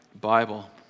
Bible